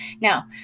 Now